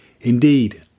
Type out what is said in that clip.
Indeed